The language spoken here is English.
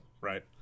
right